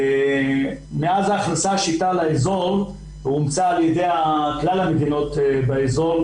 מאז הוכנסה השיטה לאזור ואומצה על ידי כלל המדינות באזור,